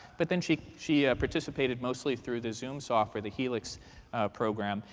but then she she participated mostly through the zoom software the helix program.